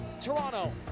Toronto